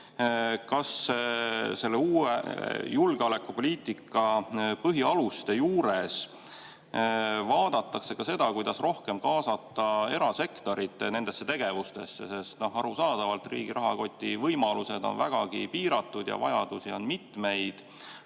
selle uue julgeolekupoliitika põhialuste juures vaadatakse ka seda, kuidas rohkem kaasata erasektorit nendesse tegevustesse? Sest arusaadavalt riigi rahakoti võimalused on vägagi piiratud ja vajadusi on mitmeid,